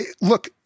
look